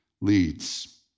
leads